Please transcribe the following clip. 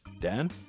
Dan